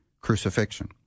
crucifixion